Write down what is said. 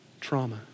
trauma